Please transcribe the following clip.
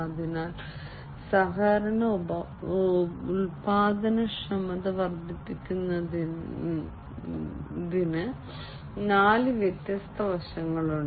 അതിനാൽ സഹകരണ ഉൽപാദനക്ഷമത വർദ്ധിപ്പിക്കുന്നതിന് നാല് വ്യത്യസ്ത വശങ്ങളുണ്ട്